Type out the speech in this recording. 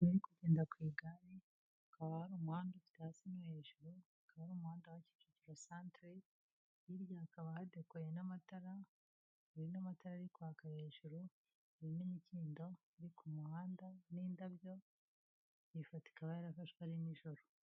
Ari kugendera ku igare ukaba ari umuhanda ufite hasi no hejuru akaba ari umuhanda wa Kicukiro centre hirya hakaba hadekoye n'amatara, hari n'amatara ari kwaka hejuru, hari n'imikindo iri ku muhanda n'indabyo. Iyi foto ikaba yarafashwe ari nijoro.